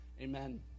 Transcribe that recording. amen